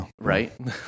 Right